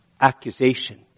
accusation